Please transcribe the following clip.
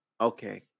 okay